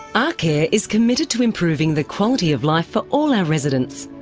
arcare is committed to improving the quality of life for all our residents.